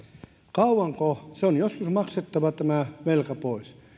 kauanko joskus on maksettava tämä velka pois